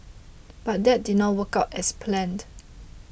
but that did not work out as planned